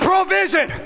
Provision